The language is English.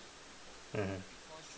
mmhmm